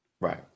Right